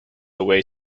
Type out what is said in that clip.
away